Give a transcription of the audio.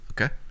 Okay